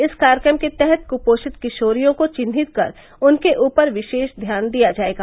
इस कार्यक्रम के तहत कृपोषित किशोरियों को चिहित कर उनके ऊपर विशेष ध्यान दिया जाएगा